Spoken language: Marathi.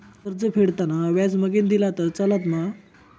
कर्ज फेडताना व्याज मगेन दिला तरी चलात मा?